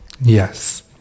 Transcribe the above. Yes